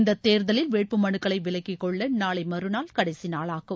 இந்த தேர்தலில் வேட்புமனுக்களை விலக்கிக்கொள்ள நாளை மறுநாள் கடைசிநாளாகும்